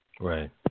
Right